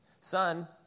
Son